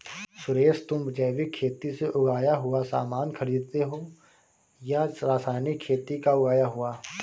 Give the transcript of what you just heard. सुरेश, तुम जैविक खेती से उगाया हुआ सामान खरीदते हो या रासायनिक खेती का उगाया हुआ?